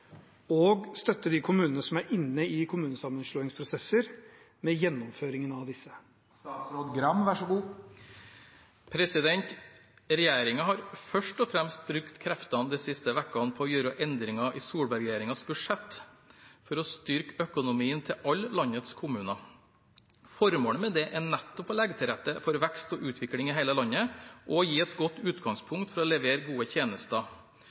og støtte de kommunene som er inne i kommunesammenslåingsprosesser med gjennomføringen av disse?» Regjeringen har først og fremst brukt kreftene de siste ukene på å gjøre endringer i Solberg-regjeringens budsjett for å styrke økonomien til alle landets kommuner. Formålet med det er nettopp å legge til rette for vekst og utvikling i hele landet og å gi et godt utgangspunkt for å levere gode tjenester.